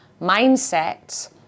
mindset